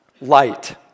light